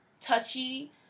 touchy